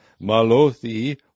Malothi